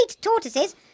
tortoises